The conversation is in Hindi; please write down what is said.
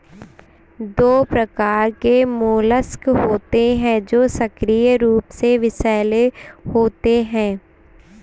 दो प्रकार के मोलस्क होते हैं जो सक्रिय रूप से विषैले होते हैं